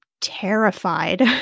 terrified